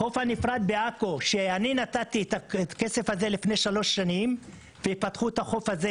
החוף הנפרד בעכו שאני נתתי את הכסף הזה לפני שלוש שנים ופתחו אותו,